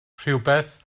rhywbeth